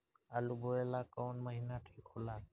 आलू बोए ला कवन महीना ठीक हो ला?